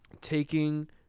taking